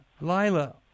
Lila